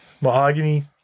mahogany